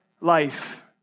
life